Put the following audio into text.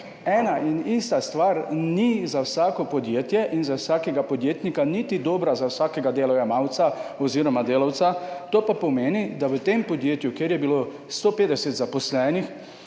ena in ista stvar ni za vsako podjetje in za vsakega podjetnika niti dobra za vsakega delojemalca oz. delavca. To pa pomeni, da v tem podjetju, kjer je bilo 150 zaposlenih